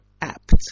apt